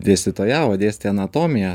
dėstytojavo dėstė anatomiją